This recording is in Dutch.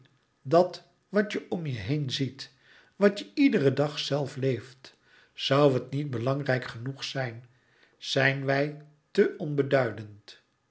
dat wat je om je heen ziet wat je iederen dag zelf leeft zoû het niet belangrijk genoeg zijn zijn wij te onbeduidend